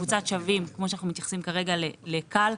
קבוצת שבים, כמו שאנחנו מתייחסים כרגע ל-כאל.